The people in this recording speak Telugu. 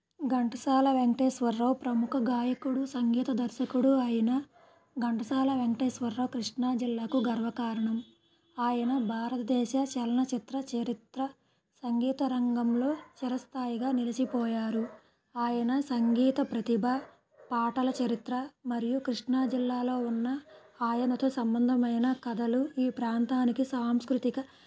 ఘంటసాల వెంకటేశ్వరరావు ప్రముఖ గాయకుడు సంగీత దర్శకుడు అయిన ఘంటసాల వెంకటేశ్వరరావు కృష్ణా జిల్లాకు గర్వకారణం ఆయన భారతదేశ చలనచిత్ర చరిత్ర సంగీత రంగంలో చిరస్థాయిగా నిలిచిపోయారు ఆయన సంగీత ప్రతిభ పాటల చరిత్ర మరియు కృష్ణాజిల్లాలో ఉన్న ఆయనతో సంబంధమైన కథలు ఈ ప్రాంతానికి సాంస్కృతిక